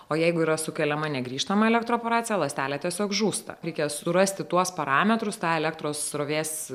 o jeigu yra sukeliama negrįžtamą elektroporacija ląstelė tiesiog žūsta reikia surasti tuos parametrus tą elektros srovės